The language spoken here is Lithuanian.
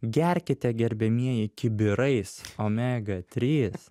gerkite gerbiamieji kibirais omega trys